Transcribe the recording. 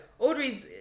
Audrey's